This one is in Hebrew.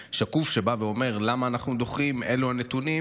שקוף שבא ואומר למה אנחנו דוחים, אלו הנתונים,